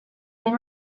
been